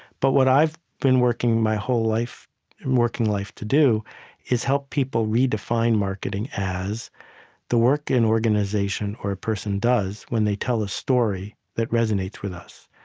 but what i've been working my whole and working life to do is help people redefine marketing as the work an organization or person does when they tell a story that resonates with us.